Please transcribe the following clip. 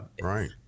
right